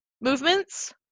movements